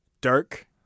Dirk